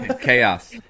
Chaos